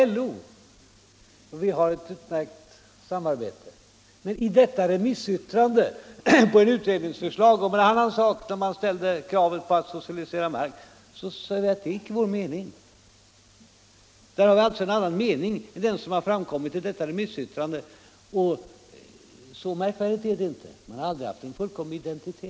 LO och vi har ett utmärkt samarbete. Men när det gäller detta remissyttrande över ett utredningsförslag om en annan fråga, i vilket LO ställde krav på socialisering av mark, säger vi att det är inte vår mening. Där har vi alltså en annan mening än den som har framkommit i detta remissyttrande. Så märkvärdigt är inte det. Vi har aldrig haft fullkomlig identitet.